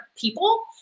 people